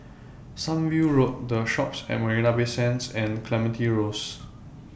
Sunview Road The Shoppes At Marina Bay Sands and Clementi Close